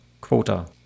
quota